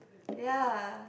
ya